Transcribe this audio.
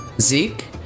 Zeke